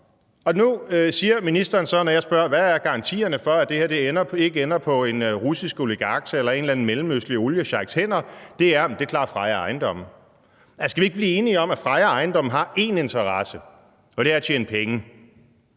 Nu siger ministeren så, når jeg spørger, hvor garantierne er for, at det her ikke ender i hænderne på en russisk oligark eller en eller anden mellemøstlig oliesheik, er, at det klarer Freja Ejendomme. Altså, skal vi ikke blive enige om, at Freja Ejendomme har én interesse, og at det er at tjene penge?